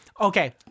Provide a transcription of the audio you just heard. okay